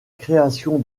création